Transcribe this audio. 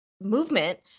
movement